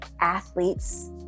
athletes